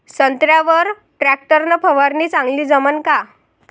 संत्र्यावर वर टॅक्टर न फवारनी चांगली जमन का?